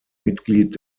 mitglied